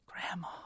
Grandma